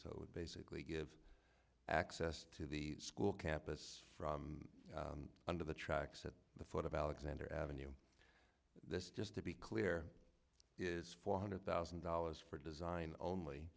would basically give access to the school campus from under the tracks at the foot of alexander avenue this just to be clear is four hundred thousand dollars for design only